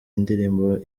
indirimbo